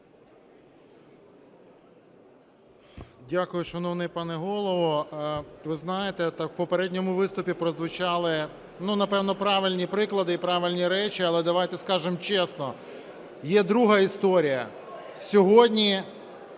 Дякую, шановний пане Голово. Ви знаєте, у попередньому виступі прозвучали, напевно, правильні приклади і правильні речі, але давайте скажемо чесно, є друга історія. Сьогодні